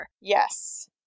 yes